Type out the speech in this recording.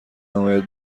نباید